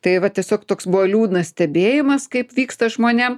tai va tiesiog toks buvo liūdnas stebėjimas kaip vyksta žmonėm